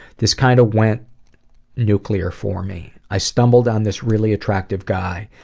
this kind of went nuclear for me. i stumbled on this really attractive guy.